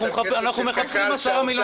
אנחנו מחפשים 10 מיליון שקלים.